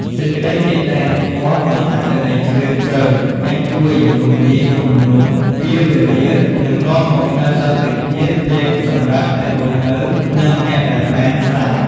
សេចក្តីមេត្តាធម៌មានអត្ថន័យជ្រាលជ្រៅអាចជួយរំលាយគំនុំ ពៀរវេរា និងនាំមកនូវសន្តិភាពទាំងសម្រាប់អ្នកនៅរស់ និងអ្នកដែលបានស្លាប់។